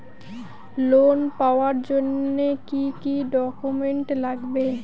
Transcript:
Loan পাওয়ার জন্যে কি কি ডকুমেন্ট লাগবে?